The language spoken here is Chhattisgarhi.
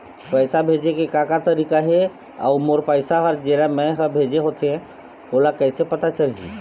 पैसा भेजे के का का तरीका हे अऊ मोर पैसा हर जेला मैं हर भेजे होथे ओ कैसे पता चलही?